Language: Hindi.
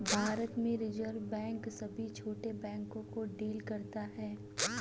भारत में रिज़र्व बैंक सभी छोटे बैंक को डील करता है